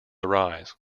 arise